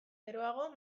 geroago